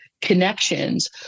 connections